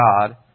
God